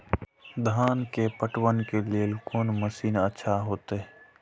धान के पटवन के लेल कोन मशीन अच्छा होते?